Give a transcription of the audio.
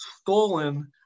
stolen